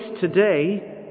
today